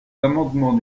l’amendement